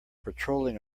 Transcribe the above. patrolling